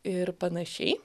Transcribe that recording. ir panašiai